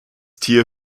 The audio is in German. tier